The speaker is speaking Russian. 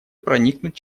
проникнуть